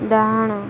ଡାହାଣ